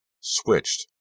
Switched